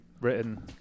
written